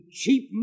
cheap